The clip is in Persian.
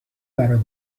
برات